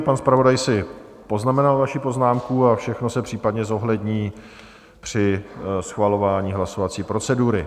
Pan zpravodaj si poznamenal vaši poznámku a všechno se případně zohlední při schvalování hlasovací procedury.